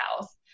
house